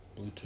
Bluetooth